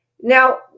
Now